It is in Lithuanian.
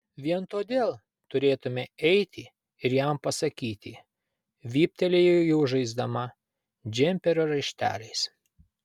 vien todėl turėtumei eiti ir jam pasakyti vyptelėjo jau žaisdama džemperio raišteliais